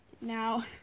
Now